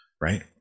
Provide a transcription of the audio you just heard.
Right